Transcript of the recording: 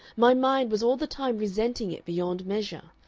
my mind was all the time resenting it beyond measure.